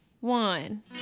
one